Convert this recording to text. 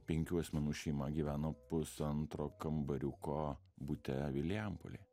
penkių asmenų šeima gyveno pusantro kambariuko bute vilijampolėj